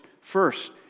First